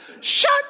Shut